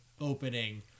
opening